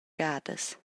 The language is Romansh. gadas